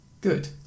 good